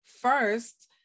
first